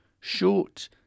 short